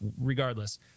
Regardless